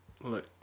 Look